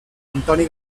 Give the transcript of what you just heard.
antoni